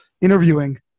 interviewing